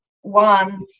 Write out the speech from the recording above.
one